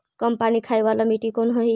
कम पानी खाय वाला मिट्टी कौन हइ?